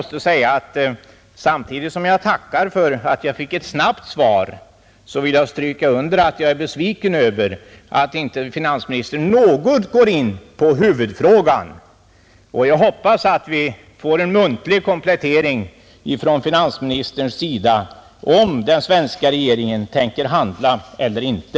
Samtidigt som jag tackar för att jag fick ett snabbt svar vill jag stryka under att jag är besviken över att inte finansministern något gått in på huvudfrågan. Jag hoppas att vi får en muntlig komplettering från finansministerns sida, om den svenska regeringen tänker handla eller inte.